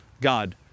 God